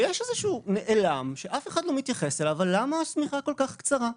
ויש איזשהו נעלם שאף אחד לא מתייחס אליו: אבל למה השמיכה כל כך קצרה?